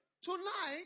tonight